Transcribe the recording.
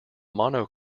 mono